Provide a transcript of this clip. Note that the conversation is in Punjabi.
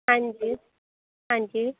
ਹਾਂਜੀ ਹਾਂਜੀ